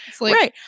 Right